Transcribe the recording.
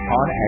on